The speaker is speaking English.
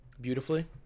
beautifully